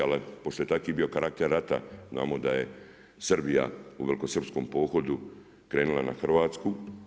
Ali pošto je takvi bio karakter rata znamo da je Srbija u velikosrpskom pohodu krenula na Hrvatsku.